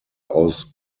aus